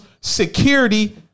security